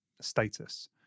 status